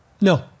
No